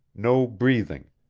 no breathing,